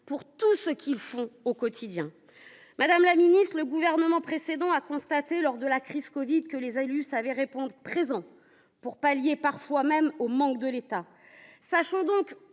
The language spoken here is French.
pour tout ce qu’ils font au quotidien. Madame la ministre, le Gouvernement précédent a constaté lors de la crise de la covid 19 que les élus savaient répondre présent pour pallier les manques de l’État. Sachons donc,